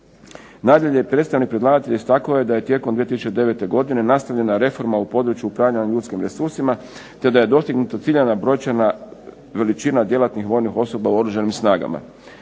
Nadalje, predstavnik predlagatelja istaknuo je da je tijekom 2009. godine nastavljena reforma u području upravljanja ljudskim resursima te da je dostignuta ciljana brojčana veličina djelatnih vojnih osoba u Oružanim snagama.